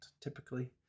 typically